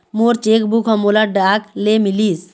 मोर cheque book ह मोला डाक ले मिलिस